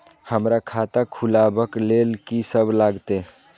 हमरा खाता खुलाबक लेल की सब लागतै?